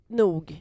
nog